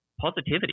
positivity